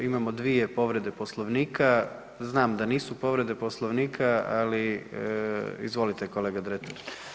Imamo dvije povrede Poslovnika, znam da nisu povrede Poslovnika, ali izvolite kolega Dretar.